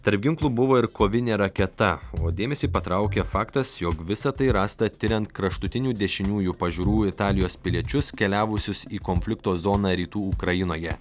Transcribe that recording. tarp ginklų buvo ir kovinė raketa o dėmesį patraukė faktas jog visa tai rasta tiriant kraštutinių dešiniųjų pažiūrų italijos piliečius keliavusius į konflikto zoną rytų ukrainoje